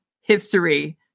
history